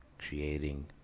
creating